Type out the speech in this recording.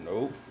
nope